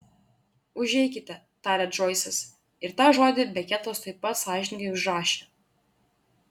užeikite tarė džoisas ir tą žodį beketas tuoj pat sąžiningai užrašė